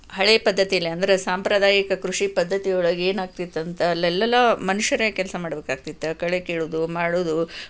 ಹಳೇ ಪದ್ದತಿಯಲ್ಲಿ ಅಂದರೆ ಸಾಂಪ್ರದಾಯಿಕ ಕೃಷಿ ಪದ್ದತಿಯೊಳಗೇನಾಗ್ತಿತ್ತು ಅಂತ ಅಲ್ಲೆಲ್ಲ ಮನುಷ್ಯರೇ ಕೆಲಸ ಮಾಡ್ಬೇಕಾಗ್ತಿತ್ತು ಕಳೆ ಕೀಳೂದು ಮಾಡೂದು